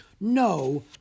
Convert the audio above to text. No